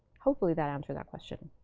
hopefully that answered that question.